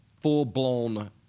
full-blown—